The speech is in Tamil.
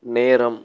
நேரம்